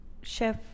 chef